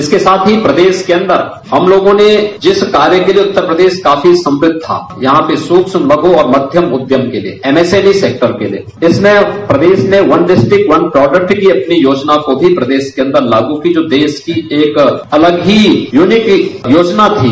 इसके साथ ही प्रदेश के अंदर हम लोगों ने जिस कार्य के लिये उत्तर प्रदेश काफी सम्वृद्ध था यहां पर सूक्ष्म लघु और मध्यम उद्यम के लिये एमएसएमआई सेक्टर के लिये इसमें प्रदेश में वन डिस्टिक वन प्रोडक्ट की अपनी योजना को भी प्रदेश के अन्दर लागू की जो देश की एक अलग ही यूनिक योजना थी